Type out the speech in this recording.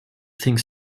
think